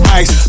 ice